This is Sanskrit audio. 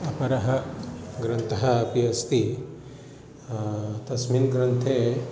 अपरः ग्रन्थः अपि अस्ति तस्मिन् ग्रन्थे